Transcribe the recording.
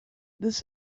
this